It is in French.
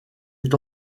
est